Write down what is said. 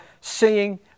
seeing